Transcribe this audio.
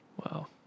Wow